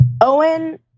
Owen